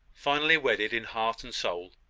finally wedded in heart and soul.